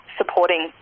supporting